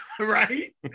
right